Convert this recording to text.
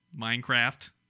Minecraft